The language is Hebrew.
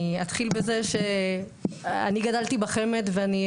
אני אתחיל בזה שאני גדלתי בחמ"ד ואני,